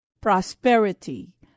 prosperity